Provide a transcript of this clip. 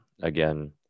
again